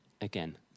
again